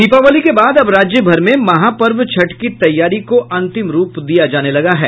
दीपावली के बाद अब राज्य भर में महापर्व छठ की तैयारी को अंतिम रूप दिया जाने लगा है